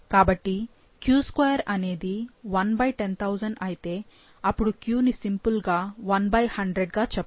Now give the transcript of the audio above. కాబట్టి q2 అనేది 110000 అయితే అపుడు q ని సింపుల్ గా 1100 గా చెప్పొచ్చు